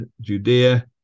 Judea